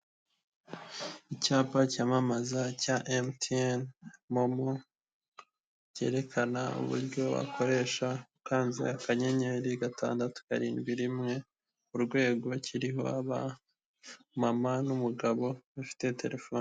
Icyapa cyamamaza cya MTN momo, cyerekana uburyo bakoresha ukanze akanyenyeri gatandatu, karindwi, rimwe, urwego; kiriho abamama n'umugabo bafite terefone.